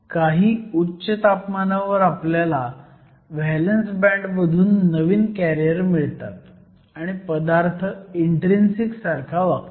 काही उच्च तापमानावर आपल्याला व्हॅलंस बँड मधून नवीन कॅरियर मिळतात आणि पदार्थ इन्ट्रीन्सिक सारखा वागतो